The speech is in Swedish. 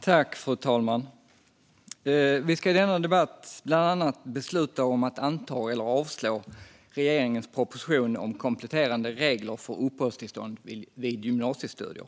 Fru talman! Vi ska nu debattera regeringens proposition om kompletterande regler för uppehållstillstånd vid gymnasiestudier.